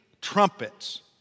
trumpets